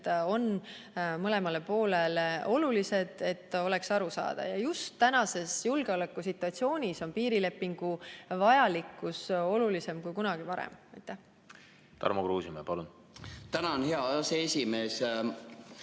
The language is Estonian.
on mõlemale poolele olulised, et kõik oleks arusaadav. Just tänases julgeolekusituatsioonis on piirileping olulisem kui kunagi varem. Tarmo Kruusimäe, palun! Tänan, hea aseesimees!